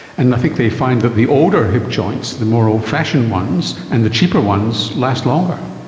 and i think they find that the older hip joints, the more old-fashioned ones and the cheaper ones last longer.